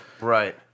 Right